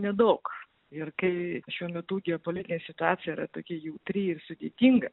nedaug ir kai šiuo metu geopolitinė situacija yra tokia jautri ir sudėtinga